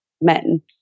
men